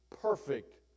perfect